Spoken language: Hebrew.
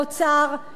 למדינה,